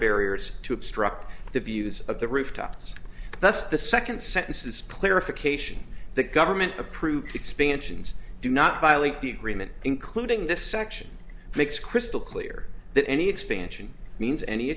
barriers to obstruct the views of the rooftops that's the second sentence is clarification the government approved expansions do not violate the agreement including this section makes crystal clear that any expansion means any